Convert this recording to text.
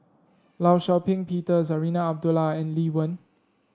Law Shau Ping Peter Zarinah Abdullah and Lee Wen